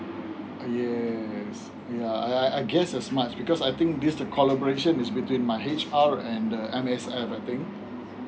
mm yes ya I guess as much because I think this the collaboration is between my H_R and the M_S_F I think